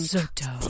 Soto